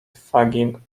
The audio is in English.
fagin